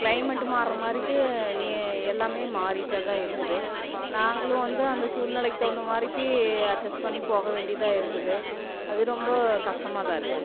climate மாறுற மாதிரிக்கு எல்லாமே மாறிகிட்டே தான் இருக்குது நாங்களும் வந்து அந்த சூழ்நெலைக்கு தகுந்த மாதிரிக்கி அட்ஜஸ் பண்ணி போக வேண்டியதாக இருக்குது அது ரொம்ப கஷ்டமா தான் இருக்குது